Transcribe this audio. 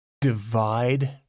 divide